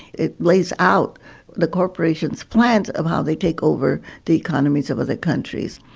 it lays out the corporations' plans of how they take over the economies of other countries.